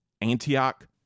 Antioch